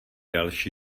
další